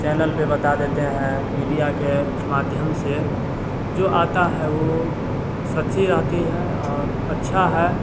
channel पे बता देते हैं मीडिया के माध्यम से जो आता है वो सच्ची आती हैं और अच्छा है